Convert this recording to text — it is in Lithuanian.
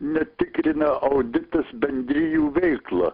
netikrina auditas bendrijų veiklą